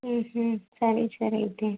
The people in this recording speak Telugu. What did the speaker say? సరే సరే అయితే